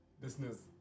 Business